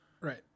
Right